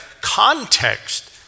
context